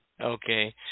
Okay